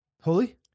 Holy